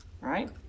Right